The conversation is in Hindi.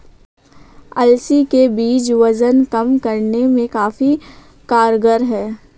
अलसी के बीज वजन कम करने में काफी कारगर है